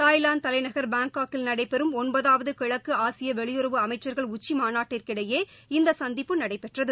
Thailand தலைநகர் பாங்காக்கில் நடைபெறும் ஒன்பதாவது கிழக்கு ஆசிய வெளியுறவு அமைச்சள்கள் உச்சி மாநாட்டிற்கிடையே இந்த சந்திப்பு நடைபெற்றது